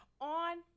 on